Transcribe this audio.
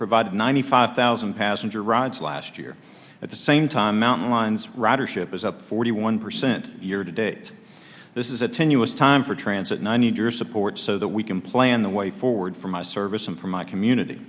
provide ninety five thousand passenger rides last year at the same time mountain lines ridership is up forty one percent year to date this is a tenuous time for transit nine need your support so that we can plan the way forward for my service and for my community